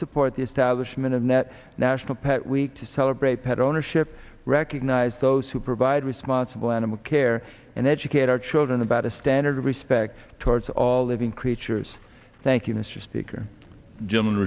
support the establishment of net national pet week to celebrate pet ownership recognise those who provide responsible animal care and educate our children about a standard of respect towards all living creatures thank you mr speaker german